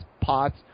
pots